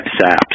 saps